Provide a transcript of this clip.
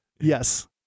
yes